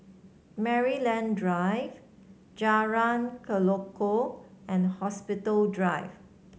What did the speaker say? Maryland Drive Jalan Tekukor and Hospital Drive